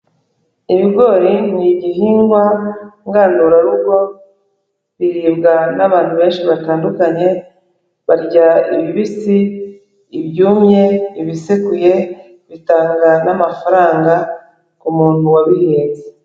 Ibigori ni igihingwa ngandurarugo, biribwa n'abantu benshi batandukanye, barya ibibisi, ibyumye, ibisekuye, bitanga namafaranga kumuntu wabihinze.